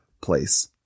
place